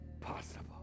possible